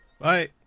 Bye